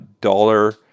dollar